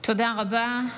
תודה רבה.